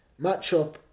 matchup